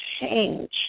change